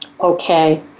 Okay